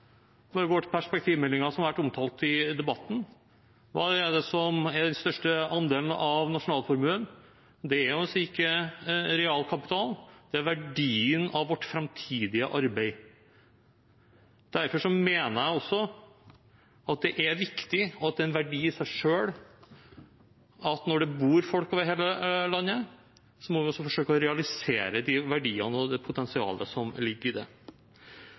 går til perspektivmeldingen, som har vært omtalt i debatten, er den største andelen av nasjonalformuen ikke realkapital, men verdien av vårt framtidige arbeid. Derfor mener jeg det er viktig, og at det er en verdi i seg selv, at når det bor folk over hele landet, må vi forsøke å realisere de verdiene og det potensialet som ligger i det.